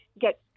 get